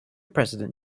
president